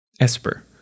Esper